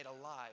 alive